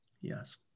Yes